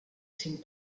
cinc